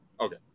Okay